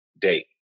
date